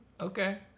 Okay